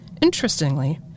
Interestingly